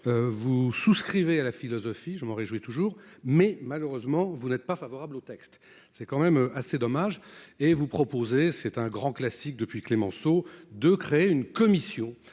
Vous souscrivez à la philosophie, je m'en réjouis toujours mais malheureusement vous n'êtes pas favorable au texte, c'est quand même assez dommage. Et vous proposez c'est un grand classique depuis Clémenceau de créer une commission.